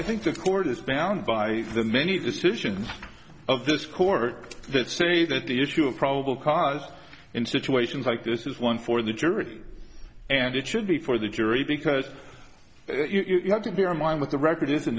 i think the court is balanced by the many decisions of this court that say that the issue of probable cause in situations like this is one for the jury and it should be for the jury because you are have to bear in mind that the record is